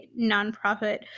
nonprofit